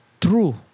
true